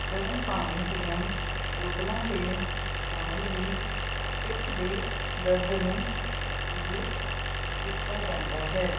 ਗਰਮ ਪਾਣੀ ਦੀਆਂ ਬੋਤਲਾਂ ਦੇ ਨਾਲ ਵੀ ਪਿੱਠ ਦੇ ਦਰਦ ਨੂੰ ਦੂਰ ਕੀਤਾ ਜਾਂਦਾ ਹੈ